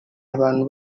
abantu